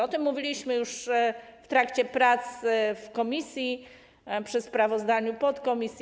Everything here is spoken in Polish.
O tym mówiliśmy już w trakcie prac w komisji, przy sprawozdaniu podkomisji.